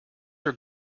your